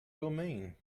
domain